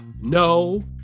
No